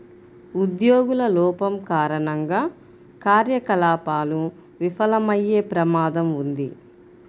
ఉద్యోగుల లోపం కారణంగా కార్యకలాపాలు విఫలమయ్యే ప్రమాదం ఉంది